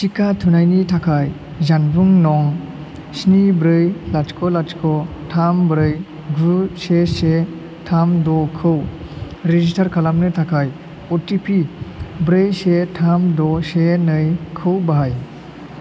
टिका थुनायनि थाखाय जानबुं नं स्नि ब्रै लाथिख' लाथिख' थाम ब्रै गु से से थाम द'खौ रेजिस्टार खालामनो थाखाय अटिपि ब्रै से थाम द' से नै खौ बाहाय